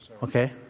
Okay